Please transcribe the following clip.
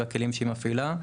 והכלים שהיא מפעילה,